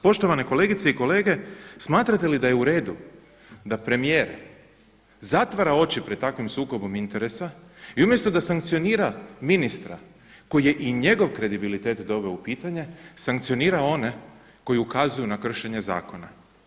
Poštovane kolegice i kolege, smatrate li da je u redu da premijer zatvara oči pred takvim sukobom interesa i umjesto da sankcionira ministra koji je i njegov kredibilitet doveo u pitanje sankcionira one koji ukazuju na kršenje zakona?